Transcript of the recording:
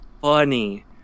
funny